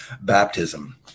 baptism